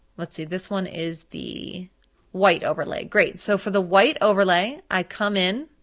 let's see, this one is the white overlay. great, so for the white overlay i come in,